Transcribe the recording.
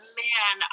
man